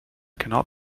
cannot